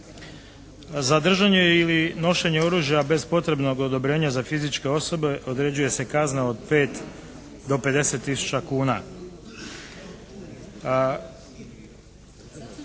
Za držanje ili nošenje oružja bez potrebnog odobrenja za fizičke osobe određuje se kazna od 5 do 50 tisuća kuna.